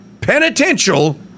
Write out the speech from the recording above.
penitential